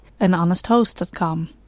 anhonesthost.com